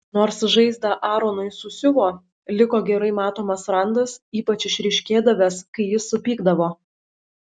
nors žaizdą aronui susiuvo liko gerai matomas randas ypač išryškėdavęs kai jis supykdavo